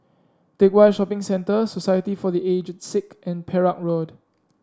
Teck Whye Shopping Centre Society for The Aged Sick and Perak Road